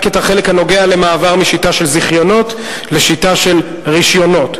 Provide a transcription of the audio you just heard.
רק את החלק הנוגע למעבר משיטה של זיכיונות לשיטה של רשיונות.